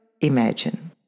imagine